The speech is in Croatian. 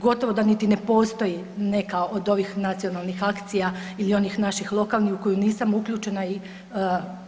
Gotovo da niti ne postoji neka od ovih nacionalnih akcija ili onih naših lokalnih u koju nisam uključena i